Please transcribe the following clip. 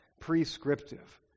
prescriptive